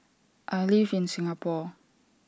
I live in Singapore